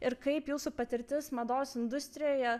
ir kaip jūsų patirtis mados industrijoje